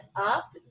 up